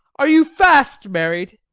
are you fast married?